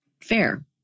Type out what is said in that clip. Fair